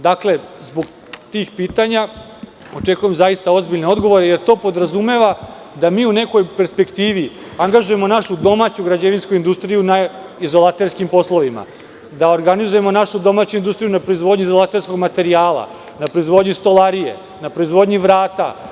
Dakle, zbog tih pitanja očekujem zaista ozbiljne odgovore, jer to podrazumeva da mi u nekoj perspektivi angažujemo našu domaću građevinsku industriju na izolaterskim poslovima, da organizujemo našu domaću industriju na proizvodnji izolaterskog materijala, na proizvodnji stolarije, na proizvodnji vrata.